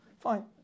Fine